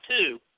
two